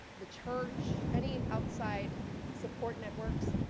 the church, any outside support networks.